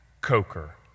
Coker